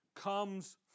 comes